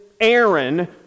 Aaron